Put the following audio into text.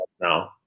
now